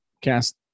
cast